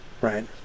right